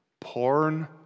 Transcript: Porn